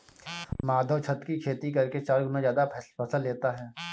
माधव छत की खेती करके चार गुना ज्यादा फसल लेता है